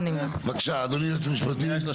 הצבעה בעד 2 נגד 6 נמנעים 1 לא אושר.